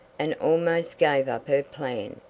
and almost gave up her plan.